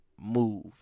move